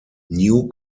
new